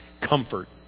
comfort